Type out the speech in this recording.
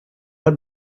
had